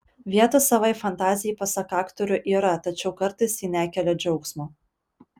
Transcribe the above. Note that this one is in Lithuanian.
vietos savai fantazijai pasak aktorių yra tačiau kartais ji nekelia džiaugsmo